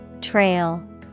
trail